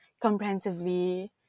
comprehensively